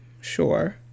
Sure